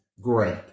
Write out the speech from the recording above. great